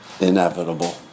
inevitable